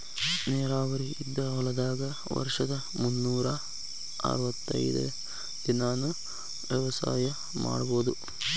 ನೇರಾವರಿ ಇದ್ದ ಹೊಲದಾಗ ವರ್ಷದ ಮುನ್ನೂರಾ ಅರ್ವತೈದ್ ದಿನಾನೂ ವ್ಯವಸಾಯ ಮಾಡ್ಬಹುದು